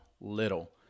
Little